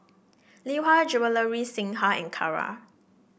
Lee Hwa Jewellery Singha and Kara